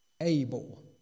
able